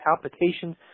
palpitations